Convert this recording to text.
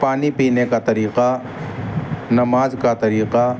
پانی پینے کا طریقہ نماز کا طریقہ